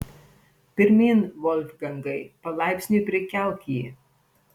pirmyn volfgangai palaipsniui prikelk jį